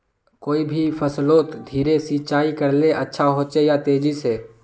कोई भी फसलोत धीरे सिंचाई करले अच्छा होचे या तेजी से?